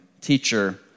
Teacher